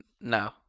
No